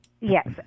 Yes